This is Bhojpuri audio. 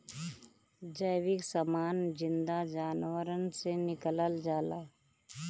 जैविक समान जिन्दा जानवरन से निकालल जाला